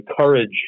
courage